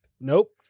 Nope